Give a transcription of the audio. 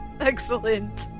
Excellent